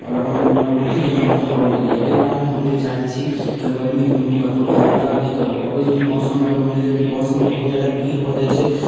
आओर हम हमरा उल्टी जकाँ मोन होबऽ लगैयऽ अइ कारण हम जे चाहै छी की हम गर्मी ऋतुमे कतौ भी यात्रा नहि करू आओर ओइ मौसममे अगर मानि लिअ कि बसमे बहुत जादा भीड़ भऽ जाइ छै